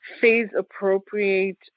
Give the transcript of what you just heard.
phase-appropriate